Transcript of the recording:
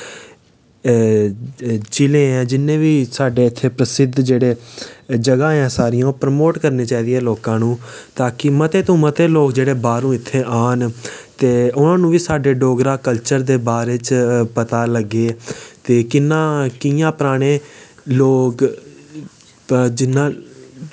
जि'ले ऐ जिन्ने बी साढ़े इत्थै प्रसिद्ध जेह्ड़े जगह ऐ सारियां प्रमोट करनियां चाहिदियां लोकें गी तां कि मते शा मते लोग जेह्ड़े बाह्रूं इत्थै आह्न ते उ'नें गी बी साढ़े डोगरा कल्चर दे बारे च पता लग्गे ते कि'यां पराने लोक जि'यां